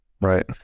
Right